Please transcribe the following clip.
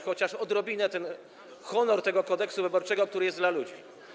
chociaż odrobinę uratować honor tego Kodeksu wyborczego, który jest dla ludzi.